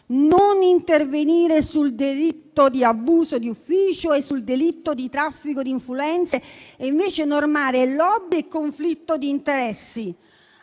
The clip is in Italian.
non intervenire sul delitto d'abuso d'ufficio e sul delitto di traffico di influenze e invece normare *lobby* e conflitto di interessi;